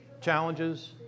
challenges